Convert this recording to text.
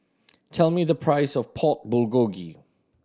tell me the price of Pork Bulgogi